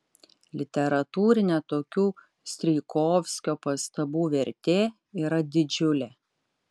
literatūrinė tokių strijkovskio pastabų vertė yra didžiulė